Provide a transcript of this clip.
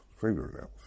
fingernails